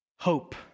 Hope